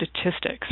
statistics